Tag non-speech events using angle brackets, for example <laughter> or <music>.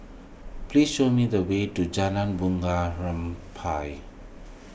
<noise> please show me the way to Jalan Bunga Rampai